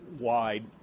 wide